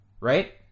Right